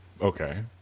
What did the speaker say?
okay